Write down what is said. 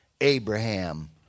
Abraham